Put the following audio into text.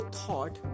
thought